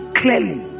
clearly